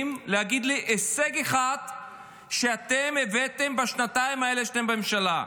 להגיד לי הישג אחד שאתם הבאתם בשנתיים האלה שאתם בממשלה?